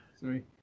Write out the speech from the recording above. sorry